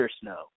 snow